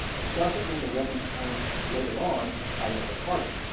it doesn't mean it won't be challenged later on by another party.